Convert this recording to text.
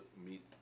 meet